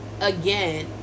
again